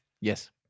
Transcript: Yes